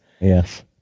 Yes